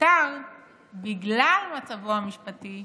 שפוטר בגלל מצבו המשפטי,